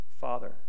father